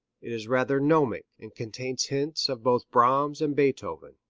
it is rather gnomic, and contains hints of both brahms and beethoven.